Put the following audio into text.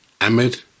Ahmed